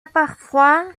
parfois